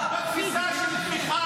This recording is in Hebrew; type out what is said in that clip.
אני שואל אותך ------ בתפיסה של תמיכה